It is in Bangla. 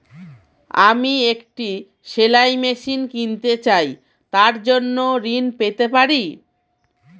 আমি একটি সেলাই মেশিন কিনতে চাই তার জন্য ঋণ পেতে পারি?